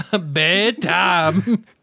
Bedtime